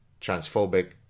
Transphobic